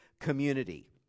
community